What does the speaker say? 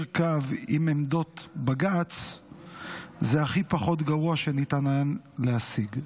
קו עם עמדות בג"ץ זה הכי פחות גרוע שניתן היה להשיג.